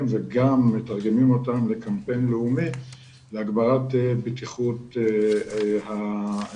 וגם מתרגמים אותם לקמפיין לאומי להגברת בטיחות הצרכנים,